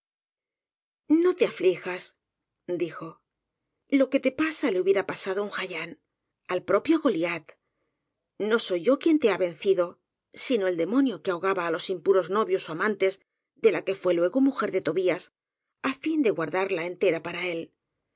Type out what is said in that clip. no te aflijas dijo lo que te pasa le hubie ra pasado á un jayán al propio goliat no soy yo quien te ha vencido sino el demonio que ahogaba á los impuros novios ó amantes de la que fué luego mujer de tobías á fin de guardarla entera para él